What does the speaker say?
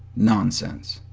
nonsense.